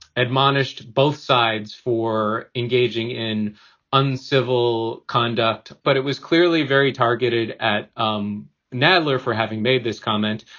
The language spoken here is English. admonished both sides for engaging in uncivil conduct but it was clearly very targeted at um nadler for having made this comment.